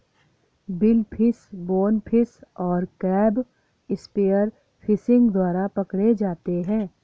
billfish, bonefish और crab spear fishing द्वारा पकड़े जाते हैं